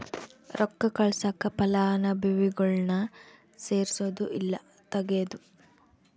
ರೊಕ್ಕ ಕಳ್ಸಾಕ ಫಲಾನುಭವಿಗುಳ್ನ ಸೇರ್ಸದು ಇಲ್ಲಾ ತೆಗೇದು